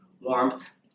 warmth